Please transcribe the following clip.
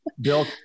Bill